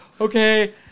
okay